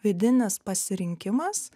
vidinis pasirinkimas